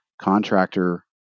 contractor